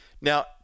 Now